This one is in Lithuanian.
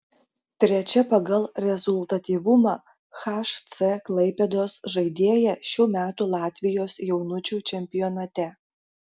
trečia pagal rezultatyvumą hc klaipėdos žaidėja šių metų latvijos jaunučių čempionate